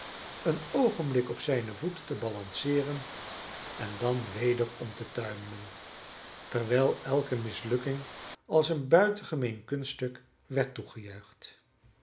een oogenblik op zijne voeten te balanceeren en dan weder om te tuimelen terwijl elke mislukking als een buitengemeen kunststuk werd